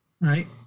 Right